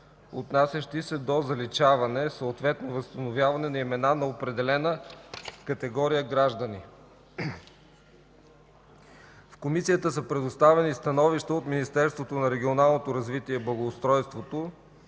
отнасящи се до заличаване, съответно – възстановяване на имена на определена категория граждани. В комисията са предоставени становища от Министерството на регионалното развитие и благоустройството